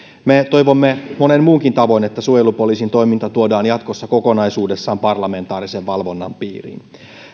me toivomme monen muunkin tavoin että suojelupoliisin toiminta tuodaan jatkossa kokonaisuudessaan parlamentaarisen valvonnan piiriin